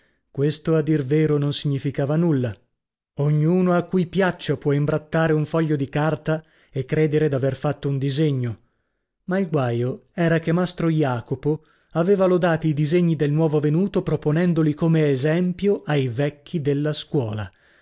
questo a dir vero non significava nulla ognuno a cui piaccia può imbrattare un foglio di carta e credere d'aver fatto un disegno ma il guaio era che mastro jacopo aveva lodati i disegni del nuovo venuto proponendoli come esempio ai vecchi della scuola